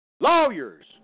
Lawyers